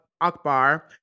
Akbar